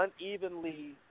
unevenly